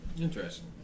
interesting